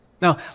Now